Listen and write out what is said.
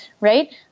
right